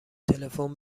تلفن